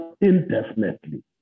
indefinitely